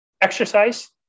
Exercise